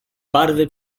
barwy